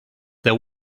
there